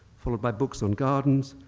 followed by books on gardens,